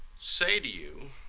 say to you